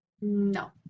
No